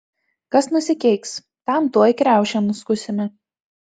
kas nusikeiks tam tuoj kriaušę nuskusime